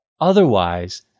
Otherwise